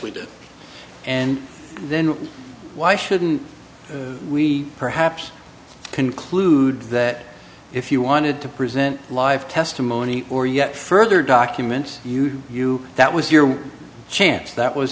we did and then why shouldn't we perhaps conclude that if you wanted to present live testimony or yet further documents you knew that was your chance that was